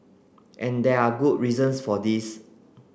and there are good reasons for this